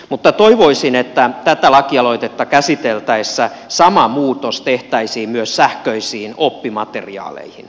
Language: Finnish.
mutta toivoisin että tätä lakialoitetta käsiteltäessä sama muutos tehtäisiin myös sähköisiin oppimateriaaleihin